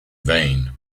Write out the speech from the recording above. vain